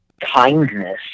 kindness